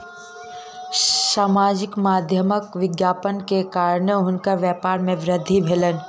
सामाजिक माध्यमक विज्ञापन के कारणेँ हुनकर व्यापार में वृद्धि भेलैन